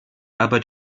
arbeit